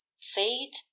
faith